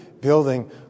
building